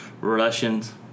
Russians